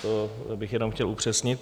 To bych jenom chtěl upřesnit.